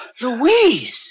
Louise